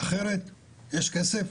אחרת, יש כסף,